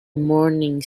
morning